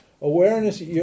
Awareness